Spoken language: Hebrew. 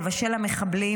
לבשל למחבלים,